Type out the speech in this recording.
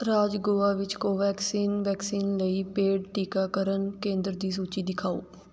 ਰਾਜ ਗੋਆ ਵਿੱਚ ਕੋਵੈਕਸਿਨ ਵੈਕਸੀਨ ਲਈ ਪੇਡ ਟੀਕਾਕਰਨ ਕੇਂਦਰ ਦੀ ਸੂਚੀ ਦਿਖਾਓ